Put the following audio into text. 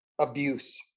abuse